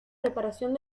reparación